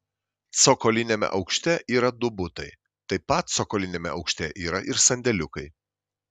cokoliniame aukšte yra du butai taip pat cokoliniame aukšte yra ir sandėliukai